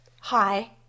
hi